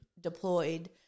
deployed